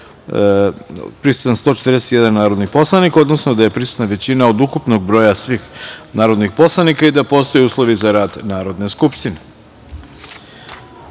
momentu 141 narodni poslanik, odnosno da je prisutna većina od ukupnog broja svih narodnih poslanika i da postoje uslovi za rad Narodne skupštine.